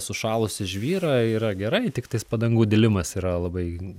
sušalusį žvyrą yra gerai tiktais padangų dilimas yra labai